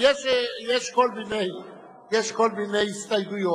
יש כל מיני הסתייגויות